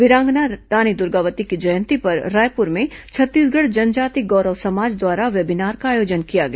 वीरांगना दुर्गावती की जयंती पर रायपुर में छत्तीसगढ़ जनजाति गौरव समाज द्वारा वेबीनार का आयोजन किया गया